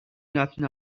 nothing